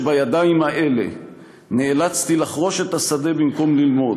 שבידיים האלה נאלצתי לחרוש את השדה במקום ללמוד,